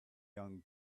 young